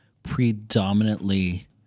predominantly